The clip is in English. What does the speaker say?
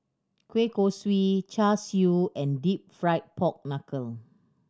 kueh kosui Char Siu and Deep Fried Pork Knuckle